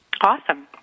awesome